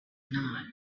not